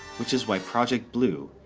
which is why project blu,